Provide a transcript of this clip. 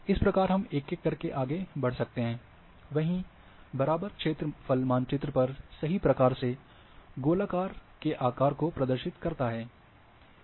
इस प्रकार हम एक एक करके आगे बढ़ सकते हैं वहीं बराबर क्षेत्र फल मानचित्र पर सही प्रकार से गोलाकार के आकार को प्रदर्शित करता है